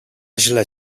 źle